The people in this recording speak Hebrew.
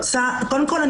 קודם כל,